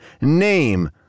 name